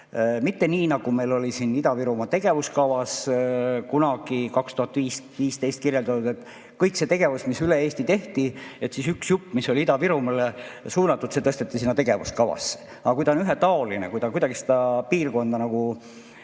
Mitte nii, nagu meil oli siin Ida-Virumaa tegevuskavas kunagi 2015 kirjeldatud, nii et kogu sellest tegevusest, mis üle Eesti tehti, üks jupp, mis oli Ida-Virumaale suunatud, tõsteti sinna tegevuskavasse. Aga kui ta on ühetaoline ja ta kuidagi selle piirkonna